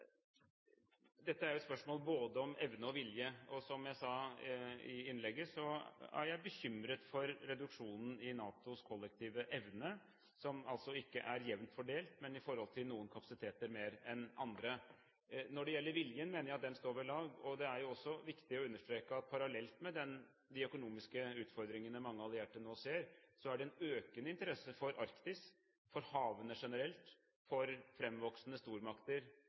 Dette er jo et spørsmål både om evne og om vilje. Som jeg sa i innlegget, er jeg bekymret for reduksjonen i NATOs kollektive evne – som altså ikke er jevnt fordelt, men større i noen kapasiteter enn i andre. Når det gjelder viljen, mener jeg den står ved lag. Det er også viktig å understreke at parallelt med de økonomiske utfordringene mange allierte nå ser, er det en økende interesse for Arktis, for havene generelt, for framvoksende stormakter,